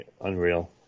Unreal